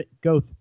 go